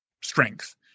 strength